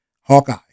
Hawkeye